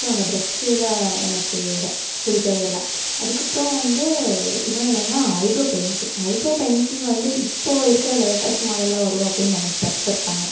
so அந்த ப்ரஷ்ஷுவில எனக்கு பிடிக்கவே இல்லை அதற்கப்றோம் வந்து இன்னொன்று என்னன்னா ஐப்ரோ பென்சில் ஐப்ரோ பென்சில் வந்து இப்போ இருக்கிற லேட்டஸ்ட் மாடலில் வரும் அப்படின்னு நினச்சி எக்ஸ்பெக்ட் பண்ணேன்